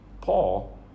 Paul